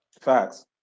Facts